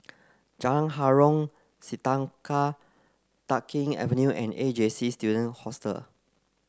Jalan Harom Setangkai Tai Keng Avenue and A J C Student Hostel